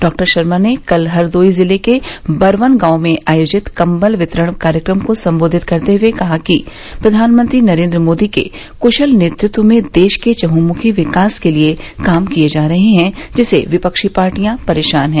doctor Sharma ने कल हरदोई ज़िले के बरवन गांव में आयोजित कम्बल वितरण कार्यक्रम को सम्बोधित करते हुए कहा कि प्रघानमंत्री नरेन्द्र मोदी के कूशल नेतृत्व में देश के चहूमुखी विकास के लिये काम किये जा रहे हैं जिससे विपक्षी पार्टियां परेशान है